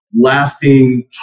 lasting